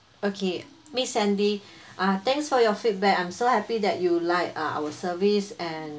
okay miss sandy uh thanks for your feedback I'm so happy that you like uh our service and